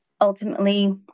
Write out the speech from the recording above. ultimately